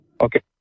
Okay